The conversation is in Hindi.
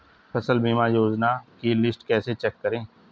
फसल बीमा योजना की लिस्ट कैसे चेक करें?